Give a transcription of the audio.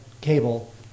cable